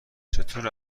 چطور